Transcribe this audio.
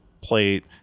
plate